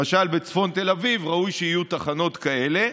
למשל, בצפון תל אביב ראוי שיהיו תחנות כאלה,